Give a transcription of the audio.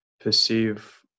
perceive